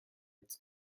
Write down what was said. its